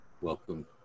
Welcome